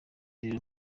rero